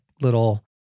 little